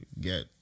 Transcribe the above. get